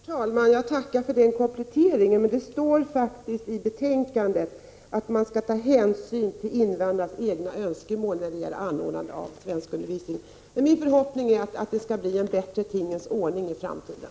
Herr talman! Jag tackar för den kompletteringen, men det står faktiskt i betänkandet att man skall ta hänsyn till invandrarnas egna önskemål vid anordnande av svenskundervisning. Min förhoppning är att det skall bli en bättre tingens ordningen i framtiden.